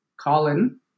Colin